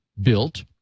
built